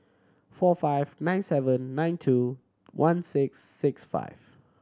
four five nine seven nine two one six six five